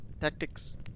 tactics